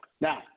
Now